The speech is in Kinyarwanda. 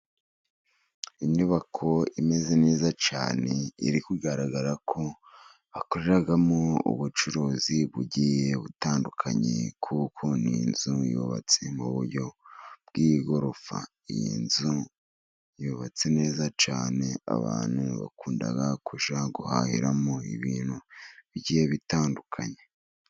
Inyubako imeze neza cyane iri kugaragara ko hakorerwamo ubucuruzi bugiye butandukanye, kuko n'inzu yubatse mu buryo bw'igorofa. Iyi nzu yubatse neza cyane abantu bakunda guhahiramo ibintu bigiye bitandukanye.